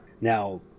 Now